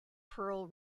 pearl